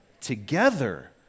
together